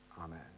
Amen